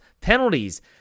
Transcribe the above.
penalties